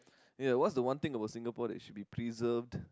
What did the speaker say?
ya what's the one thing about Singapore that should be preserved